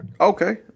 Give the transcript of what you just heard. Okay